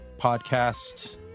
podcast